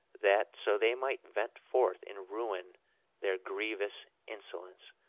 that so they might vent forth in ruin their grievous insolence,